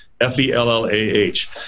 F-E-L-L-A-H